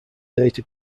data